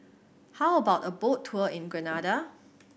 how about a boat tour in Grenada